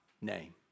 name